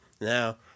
Now